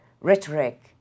rhetoric